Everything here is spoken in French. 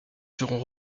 seront